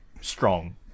strong